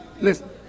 listen